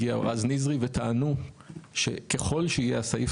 הגיע אוהד נזרי וטענו שככל שיהיה הסעיף